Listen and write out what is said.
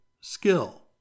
skill